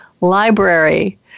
Library